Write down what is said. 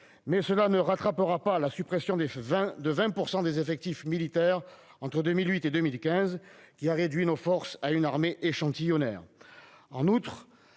Mais cela ne rattrapera pas la suppression de 20 % des effectifs militaires entre 2008 et 2015, qui a réduit nos forces à une armée échantillonnaire.